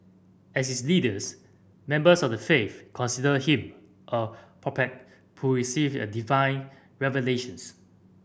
as its leaders members of the faith considered him a prophet who received a divine revelations